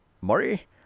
Murray